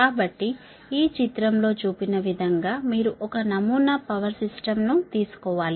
కాబట్టి ఈ చిత్రంలో చూపిన విధంగా మీరు ఒక నమూనా పవర్ సిస్టమ్ శక్తి వ్యవస్థను తీసుకోవాలి